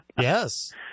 Yes